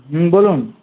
হুম বলুন